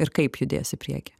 ir kaip judės į priekį